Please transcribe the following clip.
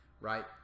right